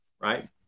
Right